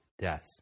death